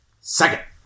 second